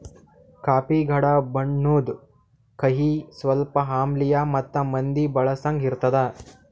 coffee ಗಾಢ ಬಣ್ಣುದ್, ಕಹಿ, ಸ್ವಲ್ಪ ಆಮ್ಲಿಯ ಮತ್ತ ಮಂದಿ ಬಳಸಂಗ್ ಇರ್ತದ